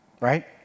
right